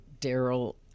Daryl